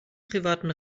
privaten